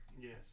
Yes